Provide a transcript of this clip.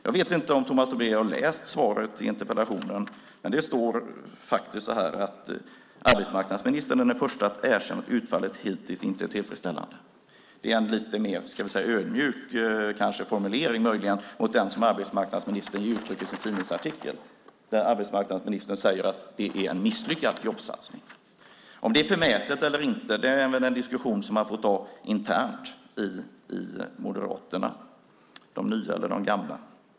Jag vet inte om han har läst interpellationssvaret, men där står faktiskt att arbetsmarknadsministern är den förste att erkänna att utfallet hittills inte är tillfredsställande. Det är en möjligen en lite mer ödmjuk formulering än den som arbetsmarknadsministern ger uttryck för i sin tidningsartikel. Där säger arbetsmarknadsministern att det är en misslyckad jobbsatsning. Om det är förmätet eller inte är väl en diskussion som man får ta internt i Moderaterna, de nya eller de gamla.